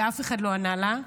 ואף אחד לא ענה לה.